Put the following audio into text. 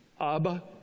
Abba